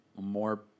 more